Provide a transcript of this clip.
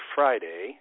Friday